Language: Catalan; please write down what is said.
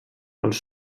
els